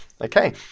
Okay